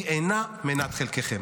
ממלכתיות היא אינה מנת חלקכם.